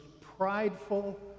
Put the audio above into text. prideful